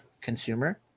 consumer